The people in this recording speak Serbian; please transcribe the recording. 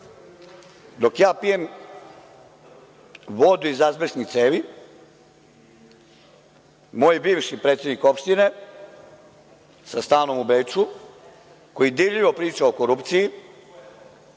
dok ja pijem vodu iz azbestnih cevi, moj bivši predsednik opštine, sa stanom u Beču, koji dirljivo priča o korupciji,